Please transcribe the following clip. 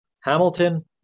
Hamilton